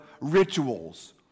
rituals